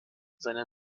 seine